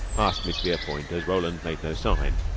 asked miss verepoint, as roland made no sign.